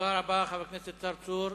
תודה רבה, חבר הכנסת צרצור.